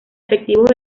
efectivos